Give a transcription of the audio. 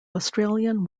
australian